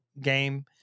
game